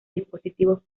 dispositivos